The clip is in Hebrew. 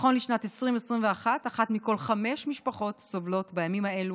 נכון לשנת 2021 אחת מכל חמש משפחות סובלת בימים האלה